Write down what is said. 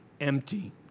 empty